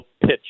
pitch